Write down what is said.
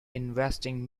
investing